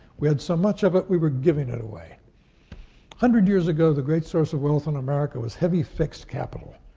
we had so much of it, we were giving it away. one hundred years ago, the great source of wealth in america was heavy fixed capital.